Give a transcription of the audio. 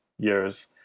years